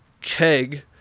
keg